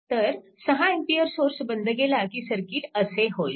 तर 6A source बंद केला की सर्किट असे होईल